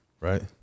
right